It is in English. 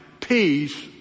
peace